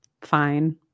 fine